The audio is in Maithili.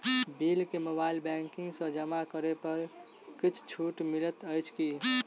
बिल केँ मोबाइल बैंकिंग सँ जमा करै पर किछ छुटो मिलैत अछि की?